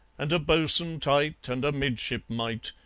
and a bo'sun tight, and a midshipmite,